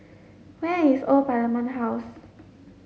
where is Old Parliament House